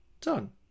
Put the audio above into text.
done